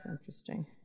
interesting